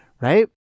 right